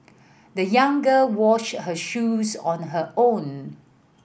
the young girl washed her shoes on her own